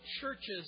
churches